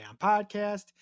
podcast